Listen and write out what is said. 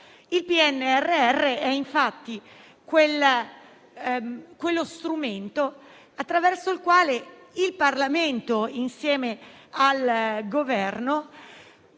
il PNRR è infatti quello strumento attraverso il quale il Parlamento, insieme al Governo,